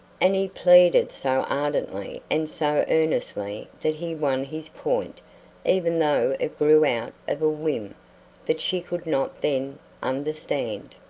and he pleaded so ardently and so earnestly that he won his point even though it grew out of a whim that she could not then understand.